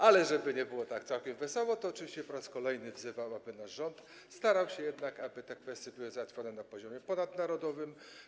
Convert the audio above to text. Ale żeby nie było tak całkiem wesoło, to oczywiście po raz kolejny wzywam, aby nasz rząd starał się jednak, aby te kwestie były załatwione na poziomie ponadnarodowym.